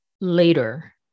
later